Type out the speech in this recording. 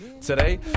today